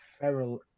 Feral